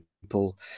people